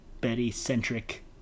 Betty-centric